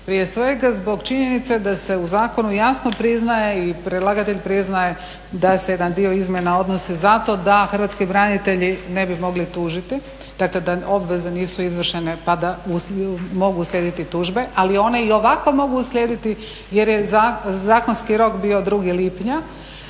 Prije svega zbog činjenice da se u zakonu jasno priznaje i predlagatelj priznaje da se na dio izmjena odnosi zato da hrvatski branitelji ne bi mogli tužiti, dakle da obveze nisu izvršene pa da mogu uslijediti tužbe, ali one i ovako mogu uslijediti jer je zakonski rok bio 2. lipnja,